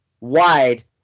wide